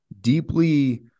deeply